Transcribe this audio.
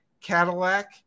Cadillac